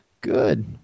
Good